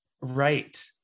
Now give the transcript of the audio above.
Right